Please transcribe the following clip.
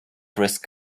risk